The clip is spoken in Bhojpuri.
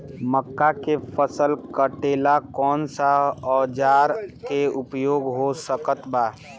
मक्का के फसल कटेला कौन सा औजार के उपयोग हो सकत बा?